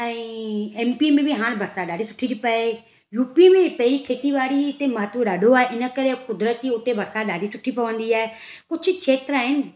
ऐं एमपी में बि हाणे बरसाति डाढी सुठी थी पए यूपी में पई खेती बाड़ी हिते महत्व ॾाढो आहे इन करे कुदरती उते बरसाति ॾाढी सुठी पवंदी आहे कुझु खेत्र आहिनि